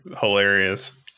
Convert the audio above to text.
hilarious